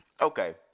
Okay